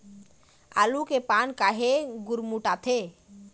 आलू के पान काहे गुरमुटाथे?